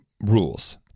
rules